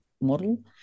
model